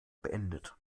beendet